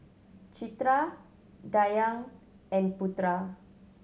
Citra Dayang and Putra